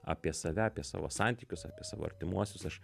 apie save apie savo santykius apie savo artimuosius aš